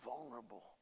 vulnerable